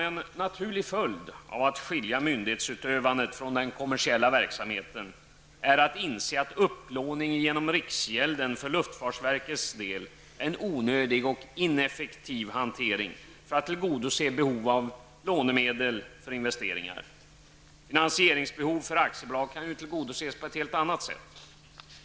En naturlig följd av att skilja myndighetsutövandet från den kommersiella verksamheten är att inse att upplåning genom riksgälden för luftfartsverkets del är en onödig och ineffektiv hantering för att tillgodose behov av lånemedel för investeringar. Finansieringsbehov för aktiebolag kan ju tillgodoses på ett helt annat sätt.